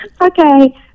Okay